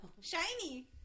Shiny